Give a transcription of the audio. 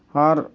ᱟᱨ